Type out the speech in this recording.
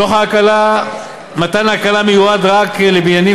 מתן ההקלה מיועד רק לבניינים